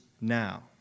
now